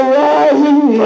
rising